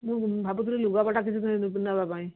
ମୁଁ ଭାବୁଥିଲି ଲୁଗାପଟା କିଛି ନେବା ପାଇଁ